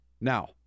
Now